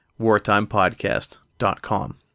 wartimepodcast.com